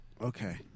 Okay